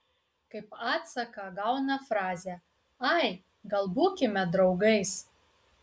kaip atsaką gauna frazę ai gal būkime draugais